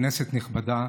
כנסת נכבדה,